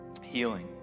healing